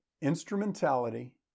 Instrumentality